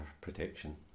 protection